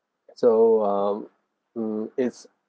so um mm it's